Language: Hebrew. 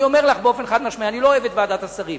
אני אומר לך באופן חד-משמעי: אני לא אוהב את ועדת השרים.